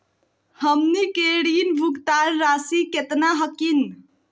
हमनी के ऋण भुगतान रासी केतना हखिन?